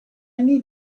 need